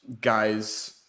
guys